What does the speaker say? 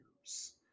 years